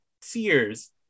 Sears